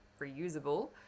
reusable